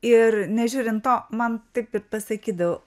ir nežiūrint to man taip ir pasakydavo